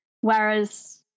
Whereas